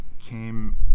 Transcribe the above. came